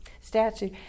statue